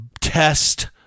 test